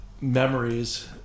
memories